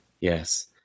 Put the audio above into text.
Yes